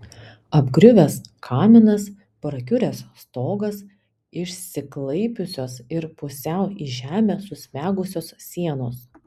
apgriuvęs kaminas prakiuręs stogas išsiklaipiusios ir pusiau į žemę susmegusios sienos